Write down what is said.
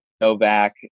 Novak